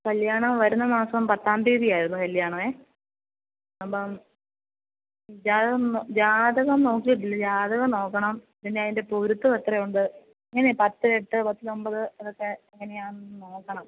കല്യാണം വരുന്ന മാസം പത്താം തീയതി ആയിരുന്നു കല്യാണവെ അപ്പം ജാതകം ജാതകം നോക്കിയിട്ടില്ല ജാതകം നോക്കണം പിന്നെ അതിൻ്റെ പൊരുത്തം എത്രയുണ്ട് ഇങ്ങനെ പത്ത് എട്ട് പത്തിൽ ഒമ്പത് എന്നൊക്കെ എങ്ങനെയാണ് നോക്കണം